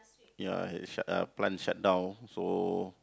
ya eh shut uh plant shut down so